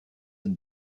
and